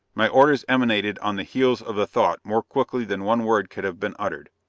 my orders emanated on the heels of the thought more quickly than one word could have been uttered.